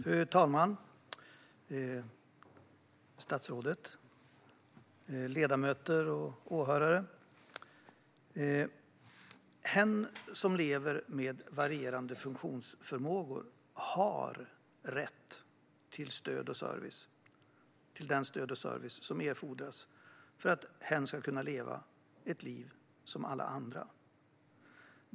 Fru talman, statsrådet, ledamöter och åhörare! Hen som lever med varierande funktionsförmågor har rätt till det stöd och den service som erfordras för att hen ska kunna leva ett liv som alla andra.